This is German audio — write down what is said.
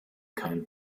kein